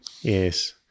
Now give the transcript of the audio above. Yes